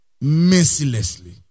Mercilessly